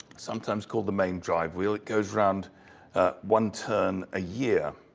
sometimes called the main drive wheel. it goes round one turn a year.